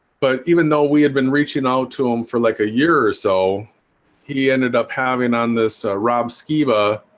but even though we had been reaching out to him for like a year or so he ended up having on this rob skiba